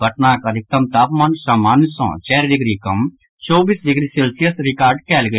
पटनाक अधिकतम तापमान सामान्य सँ चारि डिग्री कम चौबीस डिग्री सेल्सियस रिकॉर्ड कयल गेल